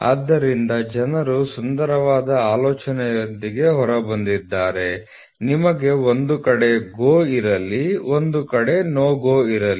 ಆದ್ದರಿಂದ ಜನರು ಸುಂದರವಾದ ಆಲೋಚನೆಯೊಂದಿಗೆ ಹೊರಬಂದಿದ್ದಾರೆ ನಮಗೆ ಒಂದು ಕಡೆ GO ಇರಲಿ ಒಂದು ಕಡೆ NO GO ಇರಲಿ